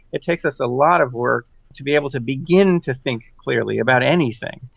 it takes us a lot of work to be able to begin to think clearly about anything.